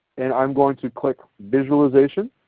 and i am going to click visualization.